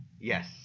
Yes